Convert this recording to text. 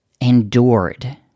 endured